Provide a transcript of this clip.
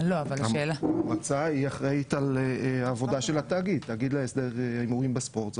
המועצה אחראית על העבודה של התאגיד להסדר הימורים בספורט.